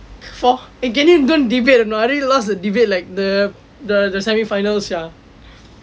for eh can you don't debate I already lost the debate like the the the semi finals sia